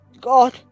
God